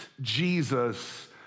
Jesus